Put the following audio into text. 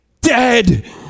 dead